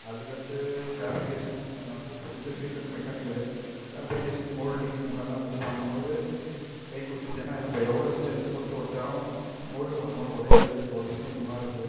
அதுக்கடுத்தது ஃபேப்ரிகேஷனும் ஒன்று நான் வந்து படித்த ஃபீல்டு வந்து மெக்கானிக்கலு ஃபேப்ரிகேஷன் மோல்டிங் இந்த மாதிரிலாம் வச்சு பண்ணும் போது கை குடுத்துச்சு ஏன்னால் நம்ப எவ்வளோ ஸ்ட்ரென்த்து கொடுத்து உடச்சாலும் மோல்டு பண்ணும் போது உடையாது அவ்வளோ சீக்கிரம் நல்லாயிருக்குது